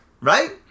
right